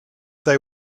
they